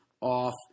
off